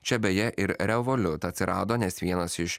čia beje ir revoliut atsirado nes vienas iš